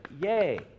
yay